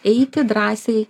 eiti drąsiai